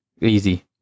Easy